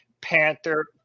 Panther